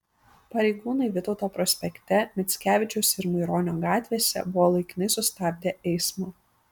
pareigūnai vytauto prospekte mickevičiaus ir maironio gatvėse buvo laikinai sustabdę eismą